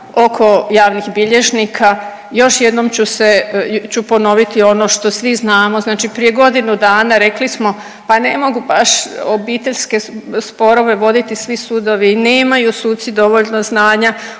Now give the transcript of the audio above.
oko javnih bilježnika, još jednom ću se, ću ponoviti ono što svi znamo, znači prije godinu dana rekli smo, pa ne mogu baš obiteljske sporove voditi svi sudovi, nemaju suci dovoljno znanja,